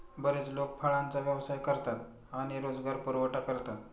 बरेच लोक फळांचा व्यवसाय करतात आणि रोजगार पुरवठा करतात